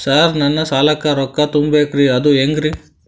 Sir ನನ್ನ ಸಾಲಕ್ಕ ರೊಕ್ಕ ತುಂಬೇಕ್ರಿ ಅದು ಹೆಂಗ್ರಿ?